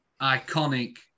iconic